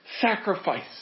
sacrifice